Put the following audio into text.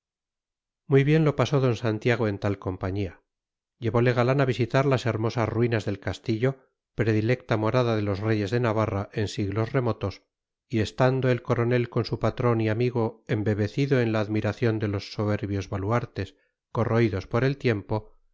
muy bien lo pasó d santiago en tal compañía llevole galán a visitar las hermosas ruinas del castillo predilecta morada de los reyes de navarra en siglos remotos y estando el coronel con su patrón y amigo embebecido en la admiración de los soberbios baluartes corroídos por el tiempo